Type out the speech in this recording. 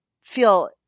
feel